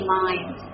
mind